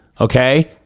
okay